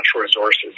resources